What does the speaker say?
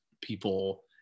people